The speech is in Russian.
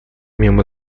мимо